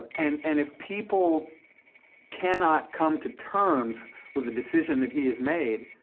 and and if people cannot come to terms with the decision that he has made,